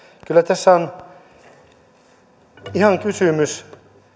kyllä tässä on ihan kysymys